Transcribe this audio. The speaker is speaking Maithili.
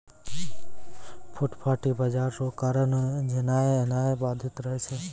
फुटपाटी बाजार रो कारण जेनाय एनाय बाधित रहै छै